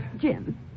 Jim